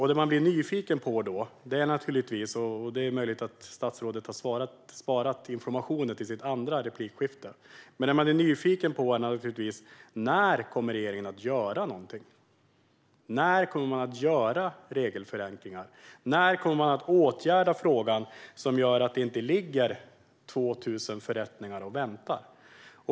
Det man blir nyfiken på - det är möjligt att statsrådet har sparat informationen till sitt nästa anförande - är när regeringen kommer att göra någonting. När kommer man att göra regelförenklingar? När kommer man att åtgärda frågan så att det inte ligger 2 000 förrättningar och väntar?